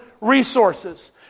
resources